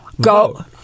go